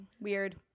Weird